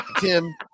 Tim